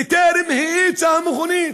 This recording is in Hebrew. בטרם האיצה המכונית.